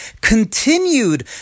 continued